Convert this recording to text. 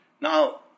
Now